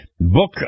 book